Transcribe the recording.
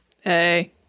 Hey